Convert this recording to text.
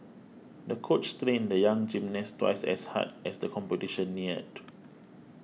the coach trained the young gymnast twice as hard as the competition neared